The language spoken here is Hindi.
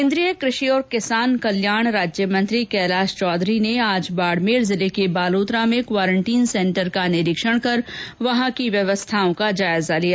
केन्द्रीय कृषि और किसान कल्याण राज्यमंत्री कैलाश चौधरी ने आज बाड़मेर जिले के बालोतरा में क्वारंटीन सेंटर का निरीक्षण करके वहां की व्यवस्थाओं का जायजा लिया